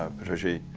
ah patricia,